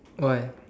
why